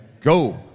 Go